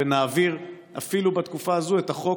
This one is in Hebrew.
ונעביר אפילו בתקופה הזו את החוק